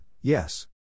yes